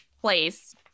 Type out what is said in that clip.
place